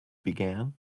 began